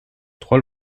trois